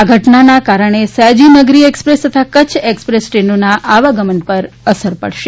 આ ઘટનાના કારણે સયાજીનગરી એક્સપ્રેસ તથા કચ્છ એક્સપ્રેસ ટ્રેનોના આવાગમન પર અસર પડશે